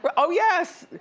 but oh yes.